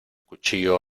cuchillo